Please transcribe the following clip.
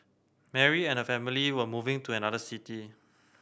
Mary and her family were moving to another city